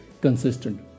consistent